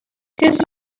cause